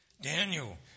Daniel